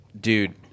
dude